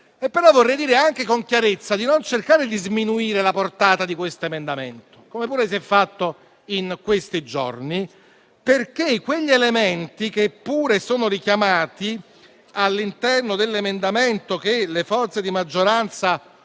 vorrei dire anche con chiarezza di non cercare di sminuire la portata di questo emendamento, come pure è stato fatto in questi giorni. Gli elementi, che pure sono richiamati all'interno dell'emendamento e che le forze di maggioranza